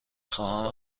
خواهم